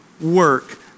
work